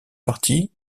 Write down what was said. partie